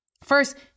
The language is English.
First